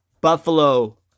Buffalo